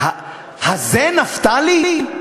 הזה נפתלי?